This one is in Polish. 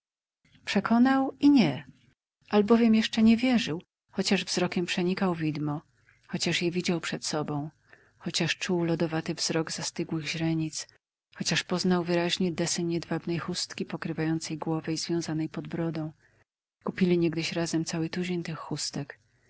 przekonał i nie albowiem jeszcze nie wierzył chociaż wzrokiem przenikał widmo chociaż je widział przed sobą chociaż czuł lodowaty wzrok zastygłych źrenic chociaż poznał wyraźnie deseń jedwabnej chustki pokrywającej głowę i związanej pod brodą kupili niegdyś